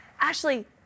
Ashley